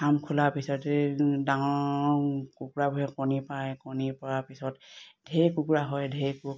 farm খোলাৰ পিছতে ডাঙৰ কুকুৰাবোৰে কণী পাৰে কণী পৰাৰ পিছত ঢেৰ কুকুৰা হয় ঢেৰ